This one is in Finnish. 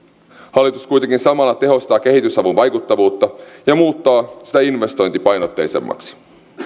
hallitus kuitenkin samalla tehostaa kehitysavun vaikuttavuutta ja muuttaa sitä investointipainotteisemmaksi